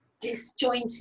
disjointed